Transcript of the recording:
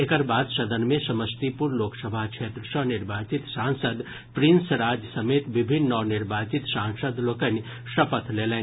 एकर बाद सदन मे समस्तीपुर लोकसभा क्षेत्र सँ निर्वाचित सांसद प्रिंस राज समेत विभिन्न नवनिर्वाचित सांसद लोकनि शपथ लेलनि